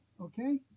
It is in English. Okay